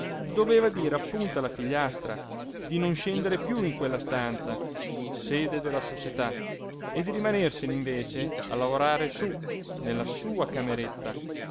doveva dire appunto alla figliastra di non scendere piú in quella stanza sede della società e di rimanersene invece a lavorare su nella sua cameretta